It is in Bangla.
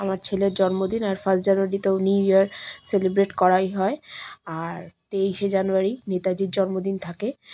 আমার ছেলের জন্মদিন আর ফার্স্ট জানুয়ারি তো নিউ ইয়ার সেলিব্রেট করাই হয় আর তেইশে জানুয়ারি নেতাজির জন্মদিন থাকে